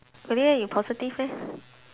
positive meh